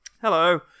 Hello